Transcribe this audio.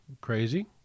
crazy